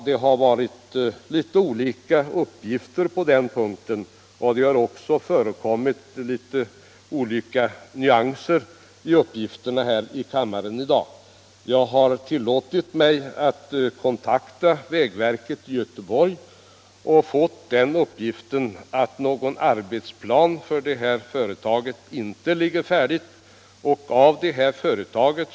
Det har funnits olika uppgifter på den punkten, och det har också här i kammaren i dag förekommit olika nyanser i uppgifterna. Jag har tillåtit mig att kontakta vägverket i Göteborg, varvid jag fått uppgiften att någon arbetsplan inte ligger färdig för det här företaget.